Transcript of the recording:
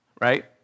Right